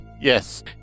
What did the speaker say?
Yes